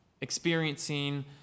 experiencing